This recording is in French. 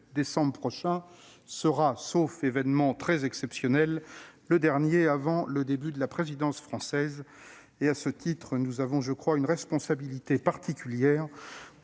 17 décembre prochains sera, sauf événement très exceptionnel, la dernière avant le début de la présidence française. À cet égard, nous avons une responsabilité particulière,